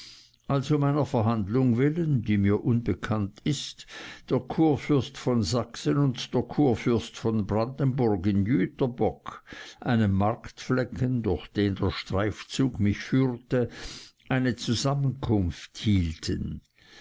um einer verhandlung willen die mir unbekannt ist der kurfürst von sachsen und der kurfürst von brandenburg in jüterbock einem marktflecken durch den der streifzug mich führte eine zusammenkunft hielten